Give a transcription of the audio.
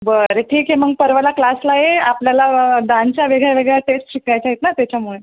बरं ठीक आहे मग परवाला क्लासला ये आपल्याला डान्सच्या वेगळ्या वेगळ्या टेस शिकायच्या आहेत नं त्याच्यामुळे